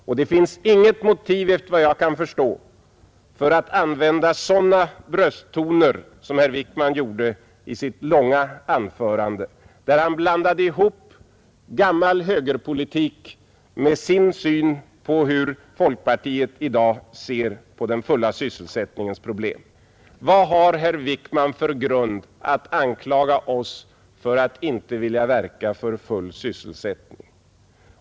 Och det finns efter vad jag kan förstå inga motiv att använda sådana brösttoner som herr Wickman gjorde i sitt långa anförande, där han blandade ihop gammal högerpolitik med sin uppfattning om hur folkpartiet ser på den fulla sysselsättningens problem. Vad har herr Wickman för grund att anklaga oss för att inte vilja verka för full sysselsättning?